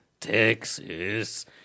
Texas